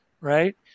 right